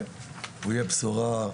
והוא יהיה בשורה.